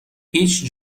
هیچ